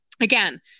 again